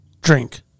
drink